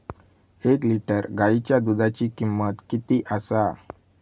एक लिटर गायीच्या दुधाची किमंत किती आसा?